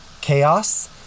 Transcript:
chaos